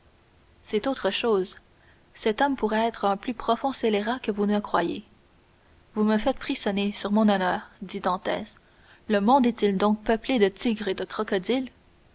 c'est autre chose cet homme pourrait être un plus profond scélérat que vous ne croyez vous me faites frissonner sur mon honneur dit dantès le monde est-il donc peuplé de tigres et de crocodiles